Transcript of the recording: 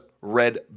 Red